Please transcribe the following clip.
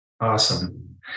awesome